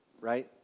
right